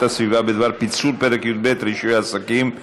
הסביבה בדבר פיצול פרק י"ב (רישוי עסקים)